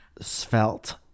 svelte